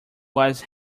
was